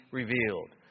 revealed